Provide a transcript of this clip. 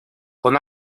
con